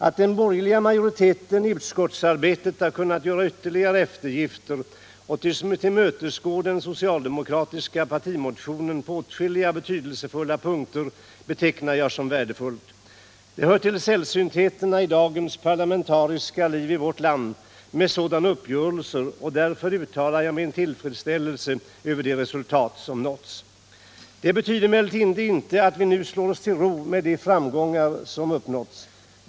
Att den borgerliga majoriteten vid utskottsarbetet har kunnat göra ytterligare eftergifter och tillmötesgå den socialdemokratiska partimotionen på åtskilliga betydelsefulla punkter betecknar jag som värdefullt. Sådana uppgörelser hör till sällsyntheterna i dagens parlamentariska liv i vårt land och därför uttalar jag min tillfredsställelse över de resultat man nått fram till. Det betyder emellertid inte att vi nu slår oss till ro med de framgångar som nåtts.